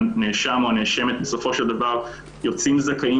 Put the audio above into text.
שהנאשם או הנאשמת בסופו של דבר יוצאים זכאים